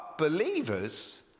Believers